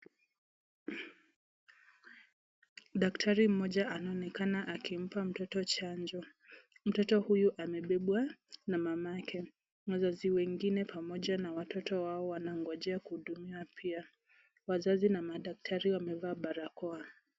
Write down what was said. Daktari mmoja anaonekana akimpa mtoto chanjo. Mtoto huyu amebebwa na mamake. Wazazi wengine pamoja na watoto wao wanangojea kuhudumiwa pia. Wazazi na madaktari wamevaa barakoa.